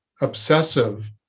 obsessive